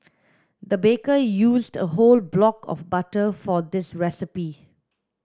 the baker used a whole block of butter for this recipe